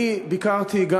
אני ביקרתי,